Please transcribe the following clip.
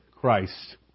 Christ